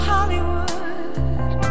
Hollywood